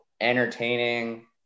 entertaining